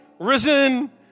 risen